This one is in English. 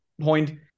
point